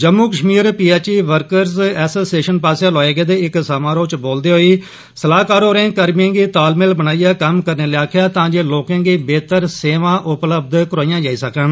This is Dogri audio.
Jammu Kashmir PHE workers association पासेआ लोआए गेदे इक समारोह च बोलदे होई सलाहकार होरे कर्भिए गी तालमेल बनाईयै कम्म करने लेई आक्खेआ तां जे लोकें गी बेहतर सेवां उपलब्ध होई सकन